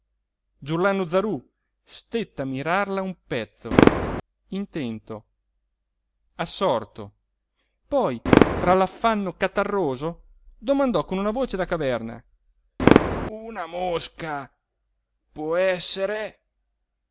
vorace giurlannu zarú stette a mirarla un pezzo intento assorto poi tra l'affanno catarroso domandò con una voce da caverna una mosca può essere